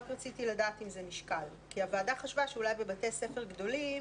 רציתי לדעת אם זה נשקל כי הוועדה חשבה שאולי בבתי ספר גדולים